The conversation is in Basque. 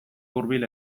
hurbil